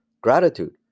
gratitude